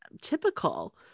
typical